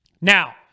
Now